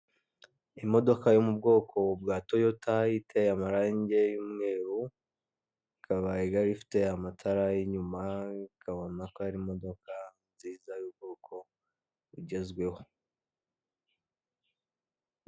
Imodoka yo mu bwoko bwa toyota iteye amarangi y'umweru ikaba ifite amatara y'inyuma ikabona ko ari imodoka nziza y'ubwoko bugezweho.